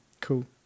Cool